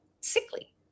sickly